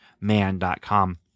man.com